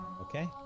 okay